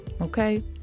okay